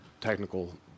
technical